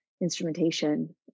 instrumentation